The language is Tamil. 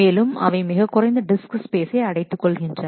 மேலும் அவை மிகக் குறைந்த டிஸ்க் ஸ்பேசை அடைத்துக் கொள்கின்றன